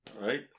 right